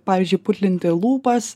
pavyzdžiui putlinti lūpas